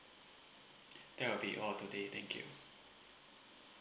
that will be all today thank you